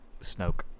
Snoke